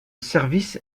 service